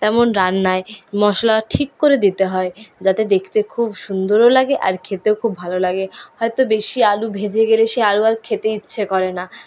তেমন রান্নায় মশলা ঠিক করে দিতে হয় যাতে দেখতে খুব সুন্দরও লাগে আর খেতেও খুব ভালো লাগে হয়তো বেশি আলু ভেজে গেলে সেই আলু আর খেতে ইচ্ছে করে না